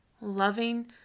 loving